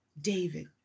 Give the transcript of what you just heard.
David